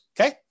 okay